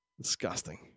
Disgusting